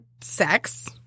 sex